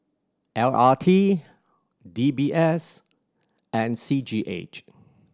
L R T D B S and C G H